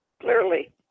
Clearly